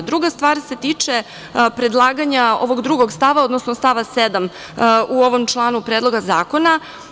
Druga stvar se tiče predlaganja ovog drugog stava, odnosno stava 7. u ovom članu Predloga zakona.